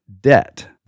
Debt